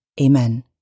Amen